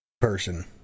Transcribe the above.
person